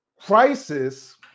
Crisis